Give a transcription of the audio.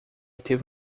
teve